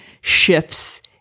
shifts